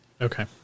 okay